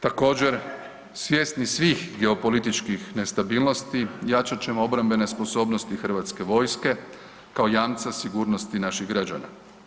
Također svjesni svih geopolitičkih nestabilnosti jačat ćemo obrambene sposobnosti HV-a kao jamca sigurnosti naših građana.